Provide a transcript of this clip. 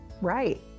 right